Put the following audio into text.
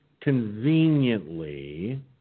conveniently